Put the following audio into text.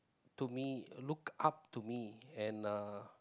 to me look up to me and uh